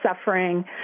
suffering